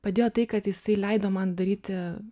padėjo tai kad jisai leido man daryti